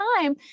time